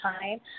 time